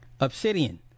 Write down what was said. Obsidian